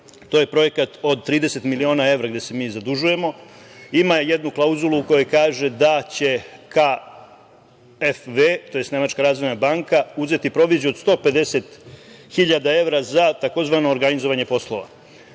je projekat od 30 miliona evra gde se mi zadužujemo, ima jednu klauzulu koja kaže da će KfW, tj. Nemačka razvojna banka, uzeti proviziju od 150.000 evra za tzv. organizovanje poslova.